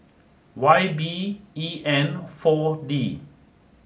Y B E N four D